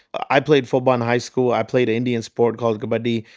i played football in high school. i played indian sport called kabaddi.